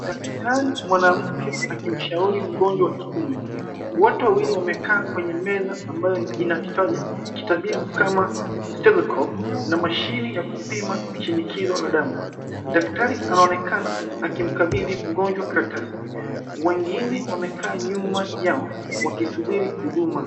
Daftari mwanamke akimshauri mgonjwa wa kiume. Wote wawili wamekaa kwenye meza ambayo ina vifaa vya kitabibu kama stethoscope na mashine ya kupima shinikizo la damu. Daktari anaonekana akimkabidhi mgonjwa karatasi. Wengine wamekaa nyuma yao wakisubiri huduma.